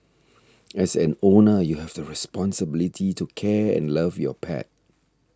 as an owner you have the responsibility to care and love your pet